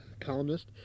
columnist